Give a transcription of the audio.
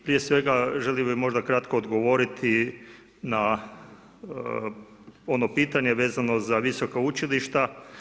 Prije svega želio bih možda kratko odgovoriti na ono pitanje vezano za visoka učilišta.